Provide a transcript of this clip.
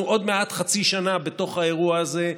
אנחנו עוד מעט חצי שנה בתוך האירוע הזה,